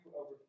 over